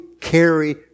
carry